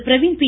Praveen பீ